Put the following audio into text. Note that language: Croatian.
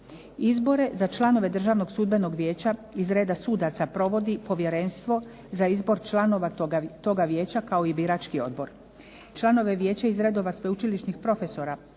Izbore za članove Državnog sudbenog vijeća iz reda sudaca provodi Povjerenstvo za izbor članova toga vijeća kao i birački odbor. Članove vijeća iz redova sveučilišnih profesora